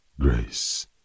Grace